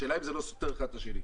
השאלה אם זה לא סותר אחד את השני.